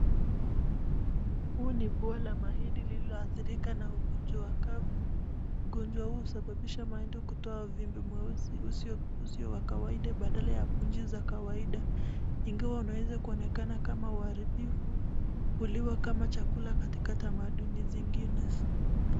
Huu ni buo la mahindi lililoathirika na ugonjwa wa kavu. Ugonjwa huu husababisha mahindi kutoa uvimbi mweusi usio wa kawaida badala ya punji za kawaida. Ingawa inaweza kuonekana kama uharibifu, huliwa kama chakula katika tamaduni zingine.